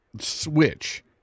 switch